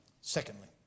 Secondly